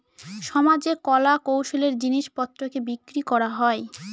সমাজে কলা কৌশলের জিনিস পত্রকে বিক্রি করা হয়